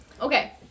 Okay